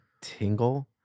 tingle